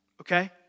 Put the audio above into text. okay